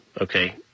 okay